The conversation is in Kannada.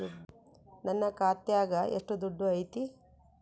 ನನ್ನ ಖಾತ್ಯಾಗ ಎಷ್ಟು ದುಡ್ಡು ಐತಿ?